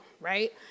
right